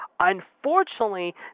Unfortunately